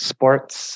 Sports